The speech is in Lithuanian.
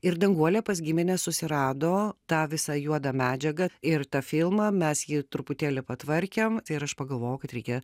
ir danguolė pas gimines susirado tą visą juodą medžiagą ir tą filmą mes jį truputėlį patvarkėm ir aš pagalvojau kad reikia